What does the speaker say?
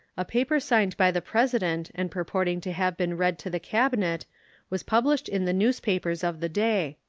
a paper signed by the president and purporting to have been read to the cabinet was published in the newspapers of the day.